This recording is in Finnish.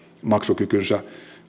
maksukykynsä